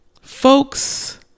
folks